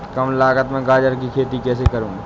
कम लागत में गाजर की खेती कैसे करूँ?